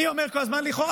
אני אומר כל הזמן "לכאורה",